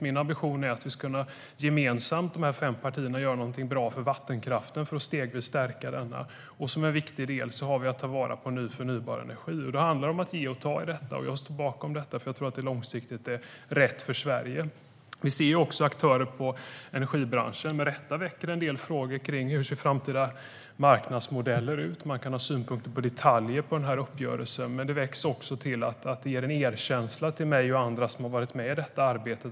Min ambition är att vi gemensamt, dessa fem partier, ska kunna göra någonting bra för vattenkraften för att stegvis stärka den. Som en viktig del har vi att ta vara på ny förnybar energi. Då handlar det om att ge och ta. Jag står bakom detta, för jag tror att det långsiktigt är rätt för Sverige. Vi ser att aktörer i energibranschen med rätta väcker en del frågor: Hur ser framtida marknadsmodeller ut? Man kan ha synpunkter på detaljer i den här uppgörelsen. Men det visas också en erkänsla till mig och andra som har varit med i detta arbete.